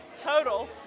total